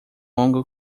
longo